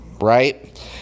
right